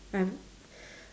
I've